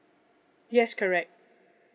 yes correct